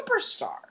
superstar